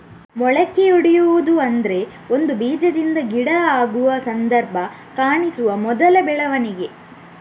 ಮೊಳಕೆಯೊಡೆಯುವುದು ಅಂದ್ರೆ ಒಂದು ಬೀಜದಿಂದ ಗಿಡ ಆಗುವ ಸಂದರ್ಭ ಕಾಣಿಸುವ ಮೊದಲ ಬೆಳವಣಿಗೆ